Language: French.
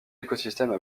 écosystèmes